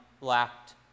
lacked